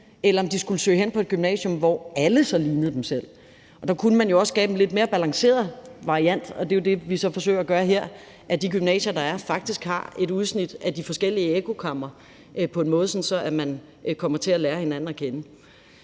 eller om de skulle søge hen på et gymnasium, hvor alle lignede dem selv. Der kunne man jo også skabe en lidt mere balanceret variant, og det er så det, vi forsøger at gøre her, altså at de gymnasier, der er, faktisk har et udsnit af de forskellige ekkokamre på en måde, så man kommer til at lære hinanden at kende.